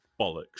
bollocks